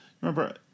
remember